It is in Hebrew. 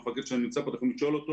המפקד נמצא כאן ואפשר לשאול אותו